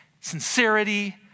sincerity